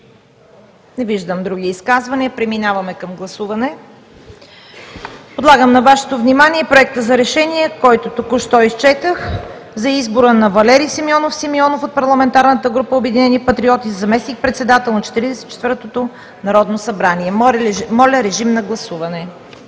Не виждам. Други изказвания? Не виждам. Преминаваме към гласуване. Подлагам на Вашето внимание Проекта за решение, който току що изчетох, за избора на Валери Симеонов Симеонов от парламентарната група „Обединени патриоти“ за заместник председател на Четиридесет и четвъртото народно събрание. Моля, гласувайте.